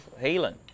healing